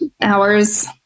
hours